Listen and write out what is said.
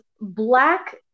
black